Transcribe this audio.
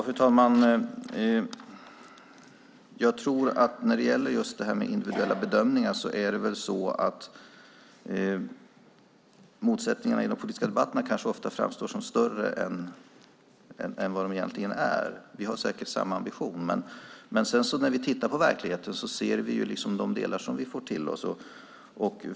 Fru talman! När det gäller frågan om individuella bedömningar framstår motsättningarna i de politiska debatterna ofta som större än vad de egentligen är. Vi har säkert samma ambition, men när vi tittar på verkligheten ser vi de delar vi får till oss.